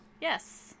Yes